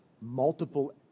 multiple